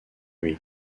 lui